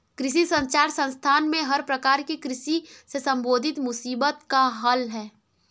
कृषि संचार संस्थान में हर प्रकार की कृषि से संबंधित मुसीबत का हल है